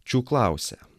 čiu klausia